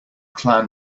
clan